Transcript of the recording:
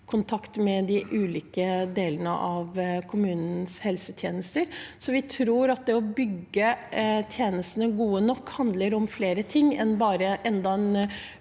kontakt med de ulike delene av kommunens helsetjenester. Vi tror at det å gjøre tjenestene gode nok handler om flere ting enn bare enda en